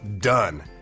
done